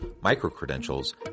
micro-credentials